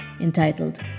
entitled